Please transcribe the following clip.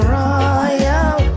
royal